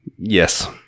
Yes